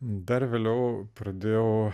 dar vėliau pradėjau